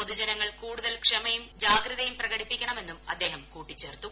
പൊതുജനങ്ങൾ കൂടുതൽ ക്ഷമയും ജാഗ്രതയും പ്രകടിപ്പിക്കണമെന്നും അദ്ദേഹം കൂട്ടിച്ചേർത്തു